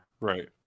Right